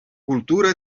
kultura